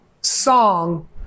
song